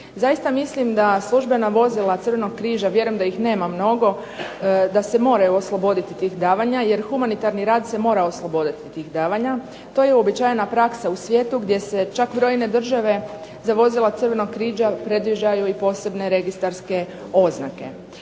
Zaista mislim da službena vozila Crvenog križa, vjerujem da ih nema mnogo, da se moraju osloboditi tih davanja jer humanitarni rad se mora osloboditi tih davanja. To je uobičajena praksa u svijetu gdje se čak brojne države za vozila Crvenog križa predviđaju i posebne registarske oznake.